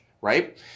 right